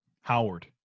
Howard